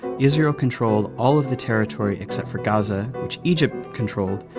israel controlled all of the territory except for gaza, which egypt controlled,